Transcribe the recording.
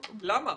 למה?